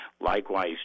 Likewise